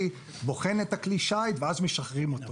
מגיע ובוחן את כלי השיט ואז משחררים אותו.